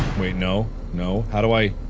wait no no how do i?